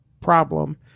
problem